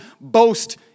boast